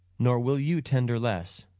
nor will you tender less.